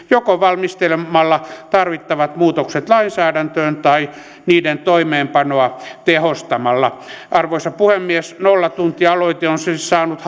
joko valmistelemalla tarvittavat muutokset lainsäädäntöön tai niiden toimeenpanoa tehostamalla arvoisa puhemies nollatuntialoite on siis saanut